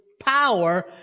power